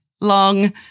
long